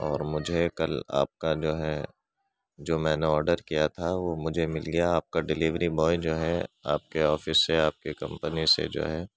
اور مجھے کل آپ کا جو ہے جو میں نے آرڈر کیا تھا وہ مجھے مل گیا آپ کا ڈلیوری بوائے جو ہے آپ کے آفس سے آپ کی کمپنی سے جو ہے